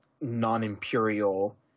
non-imperial